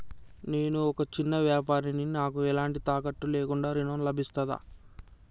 నేను ఒక చిన్న వ్యాపారిని నాకు ఎలాంటి తాకట్టు లేకుండా ఋణం లభిస్తదా?